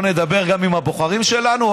לא נדבר גם עם הבוחרים שלנו?